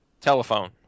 Telephone